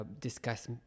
discuss